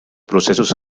processos